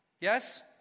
Yes